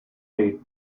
date